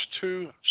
two